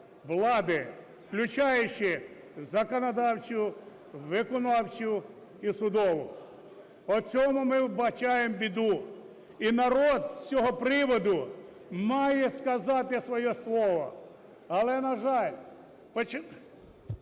влади, включаючи законодавчу, виконавчу і судову. В оцьому ми вбачаємо біду. І народ з цього приводу має сказати своє слово. Але, на жаль, починаючи